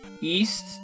east